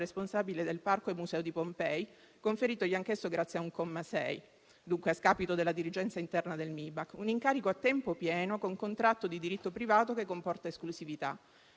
responsabile del Parco e museo di Pompei, conferitogli anch'esso grazie a un comma 6, dunque a scapito della dirigenza interna del Mibact; un incarico a tempo pieno con contratto di diritto privato che comporta esclusività.